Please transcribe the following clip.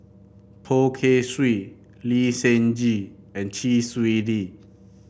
Poh Kay Swee Lee Seng Gee and Chee Swee Lee